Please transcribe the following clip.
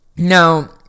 Now